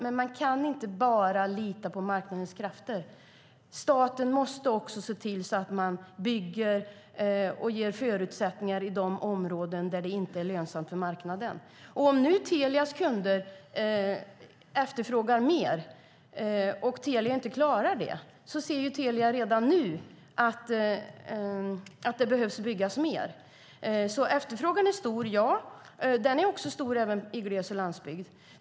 Men man kan inte bara lita på marknadens krafter. Staten måste också se till att man bygger och ger goda förutsättningar i de områden där det inte är lönsamt för marknaden. Telias kunder efterfrågar mer, men Telia klarar inte av det. Telia ser redan nu att det behöver byggas mer. Ja, efterfrågan är stor, även i gles och landsbygd.